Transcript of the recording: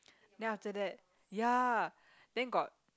then after that ya then got